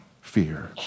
fear